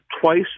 twice